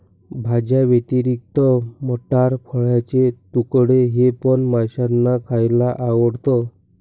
भाज्यांव्यतिरिक्त मटार, फळाचे तुकडे हे पण माशांना खायला आवडतं